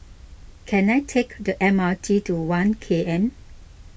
can I take the M R T to one K M